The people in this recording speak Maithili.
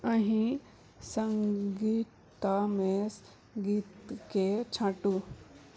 अहि सङ्गीतमेसँ गीतकेँ छाँटु